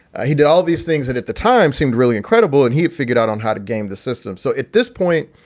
ah he did all these things that at the time seemed really incredible. and he figured out on how to game the system. so at this point,